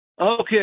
Okay